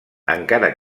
encara